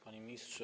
Panie Ministrze!